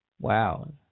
Wow